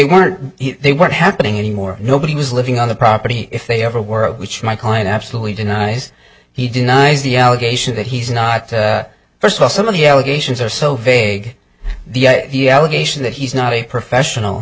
were they weren't happening anymore nobody was living on the property if they ever were which my client absolutely denies he denies the allegation that he's not first of all some of the allegations are so vague the allegation that he's not a professional